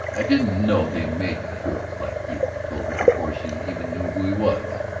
i didn't know they made girls like you, he told her before she even knew who he was.